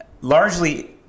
largely